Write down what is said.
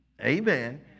Amen